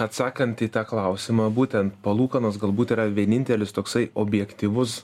atsakant į tą klausimą būtent palūkanos galbūt yra vienintelis toksai objektyvus